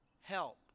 help